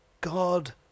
God